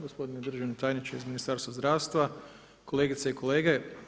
Gospodine državni tajniče iz Ministarstva zdravstva, kolegice i kolege.